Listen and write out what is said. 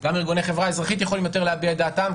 גם ארגוני החברה האזרחית יכולים להביע את דעתם יותר,